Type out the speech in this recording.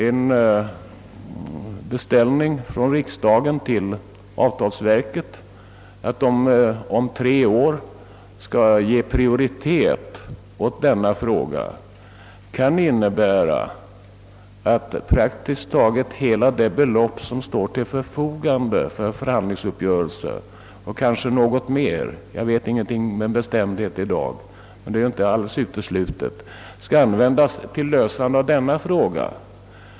En beställning från riksdagen till avtalsverket att de om tre år skall ge prioritet åt denna fråga kan innebära att praktiskt taget hela det belopp som står till förfogande för förhandlingsuppgörelser — och kanske något mer, jag vet inte med bestämdhet i dag — skall användas till lösande av denna fråga.